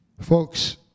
Folks